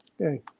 Okay